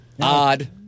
Odd